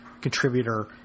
contributor